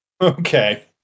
Okay